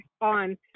on